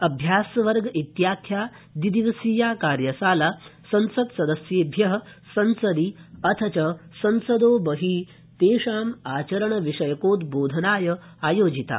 अभ्यासवर्ग इत्याख्या द्विदिवसीया कार्यशाला संसत्सदस्येभ्य संसदि अथ च संसदो बहि तेषाम् आचरण विषयकोद्बोधनाय आयोजिता